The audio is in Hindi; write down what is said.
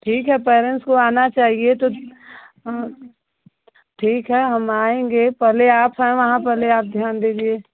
ठीक है पेरेंट्स को आना चाहिए हाँ ठीक है हम आएंगे पहले आप हैं वहाँ पहले आप ध्यान दीजिए